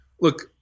look